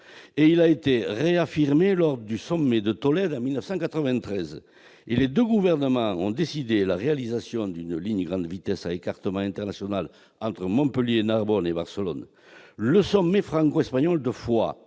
Elle a été réaffirmée lors du sommet de Tolède en 1993. Les deux gouvernements ont décidé la réalisation d'une ligne à grande vitesse à écartement international de Montpellier à Narbonne et Barcelone. Le sommet franco-espagnol de Foix,